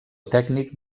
tècnic